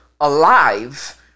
alive